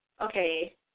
okay